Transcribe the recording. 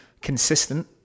consistent